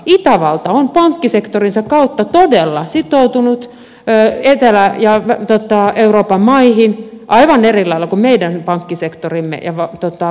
itävalta on pankkisektorinsa kautta todella sitoutunut etelä euroopan maihin aivan eri lailla kuin meidän pankkisektorimme ja vakuutuslaitoksemme